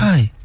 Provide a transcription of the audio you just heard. Hi